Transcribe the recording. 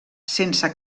sense